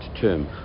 term